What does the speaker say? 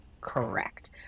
Correct